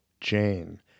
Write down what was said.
Jane